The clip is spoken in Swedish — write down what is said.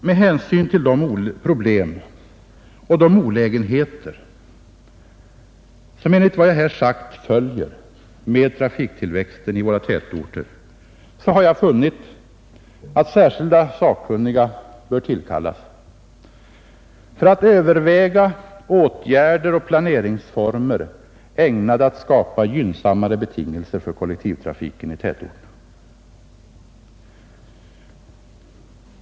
Med hänsyn till de problem och de olägenheter som enligt vad jag här sagt följer med trafiktillväxten i våra tätorter, har jag funnit att särskilda sakkunniga bör tillkallas för att överväga åtgärder och planeringsformer, ägnade att skapa gynnsammare betingelser för kollektivtrafiken i tätorterna. Det blir en parlamentariskt sammansatt ut redning.